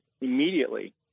immediately